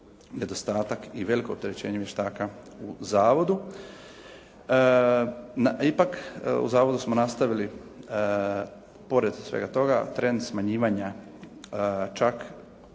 nedostatak i veliko opterećenje vještaka u zavodu. Ipak, u zavodu smo nastavili pored svega toga, trend smanjivanja čak